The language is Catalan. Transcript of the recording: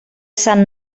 sant